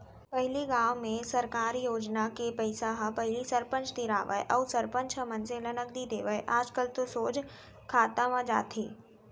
पहिली गाँव में सरकार योजना के पइसा ह पहिली सरपंच तीर आवय अउ सरपंच ह मनसे ल नगदी देवय आजकल तो सोझ खाता म जाथे